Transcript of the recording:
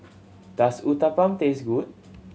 does Uthapam taste good